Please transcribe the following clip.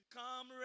come